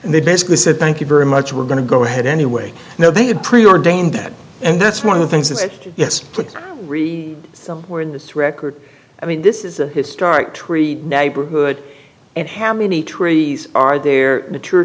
and they basically said thank you very much we're going to go ahead anyway now they had pre ordained that and that's one of the things they say yes but somewhere in this record i mean this is a historic tree neighborhood it has many trees are there mature